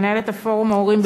מנהלת פורום ארגונים והורים,